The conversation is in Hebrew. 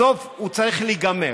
בסוף הוא צריך להיגמר.